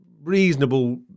reasonable